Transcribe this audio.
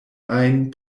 ajn